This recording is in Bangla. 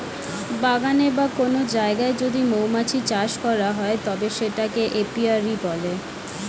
বাগানে বা কোন জায়গায় যদি মৌমাছি চাষ করা হয় তবে সেটাকে এপিয়ারী বলে